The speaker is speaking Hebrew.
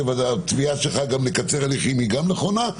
והתביעה שלך לקצר הליכים היא גם נכונה,